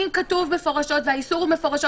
אם כתוב מפורשות והאיסור הוא מפורשות